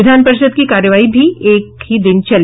विधान परिषद की कार्यवाही भी एक ही दिन चली